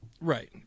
Right